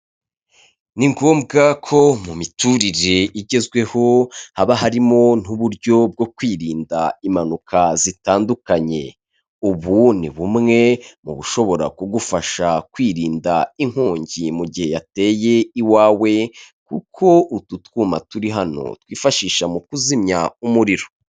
Ni ngombwa ko mu miturire igezweho haba harimo n'uburyo bwo kwirinda impanuka, zitandukanye ubu ni bumwe mu bushobora kugufasha kwirinda inkongi mu gihe yateye iwawe, kuko utu twuma turi hano twifashisha mu kuzimya umuriro.